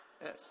Yes